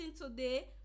today